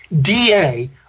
DA